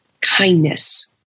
kindness